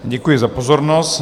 Děkuji za pozornost.